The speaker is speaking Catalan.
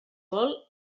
molt